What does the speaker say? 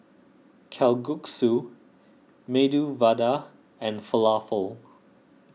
Kalguksu Medu Vada and Falafel